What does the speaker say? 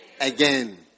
again